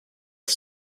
its